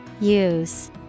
Use